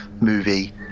movie